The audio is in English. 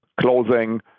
closing